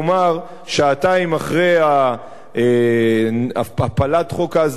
שעתיים אחרי הפלת חוק ההסדרה בכנסת,